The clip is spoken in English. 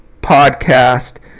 podcast